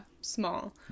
small